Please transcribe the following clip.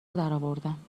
درآوردم